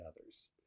others